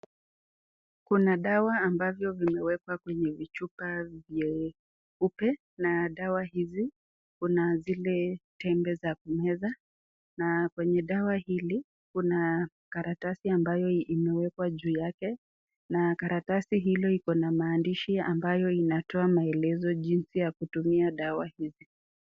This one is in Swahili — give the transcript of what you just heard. Kuna dawa ambavyo vimewekwa kwenye vichupa vyeupe na dawa hizi kuna zile tembe za kumeza na kwenye dawa hili kuna karatasi ambayo imewekwa ju yake, na karatasi hilo iko na maandishi ambayo inatoa maelezo jinsi ya kutumia dawa hizi.